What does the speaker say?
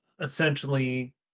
essentially